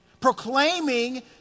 proclaiming